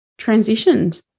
transitioned